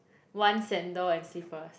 one sandal and slippers